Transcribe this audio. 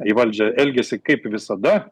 į valdžią elgiasi kaip visada